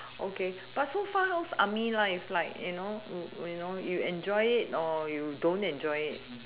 okay but so far how's army life like you know you know you enjoy it or you don't enjoy it